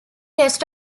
rest